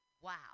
wow